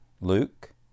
Luke